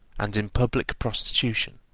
and in public prostitution.